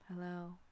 Hello